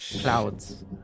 clouds